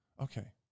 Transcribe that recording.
Okay